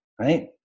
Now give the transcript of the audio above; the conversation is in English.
right